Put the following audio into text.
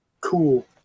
Cool